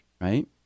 right